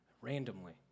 randomly